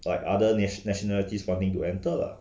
like other nation~ nationalities wanting to enter lah